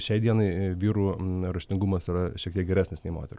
šiai dienai vyrų raštingumas yra šiek tiek geresnis nei moterų